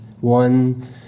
One